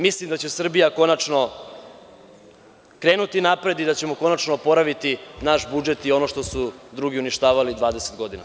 Mislim da će Srbija konačno krenuti napred, i da ćemo konačno oporaviti naš budžet i ono što su drugi uništavali 20 godina.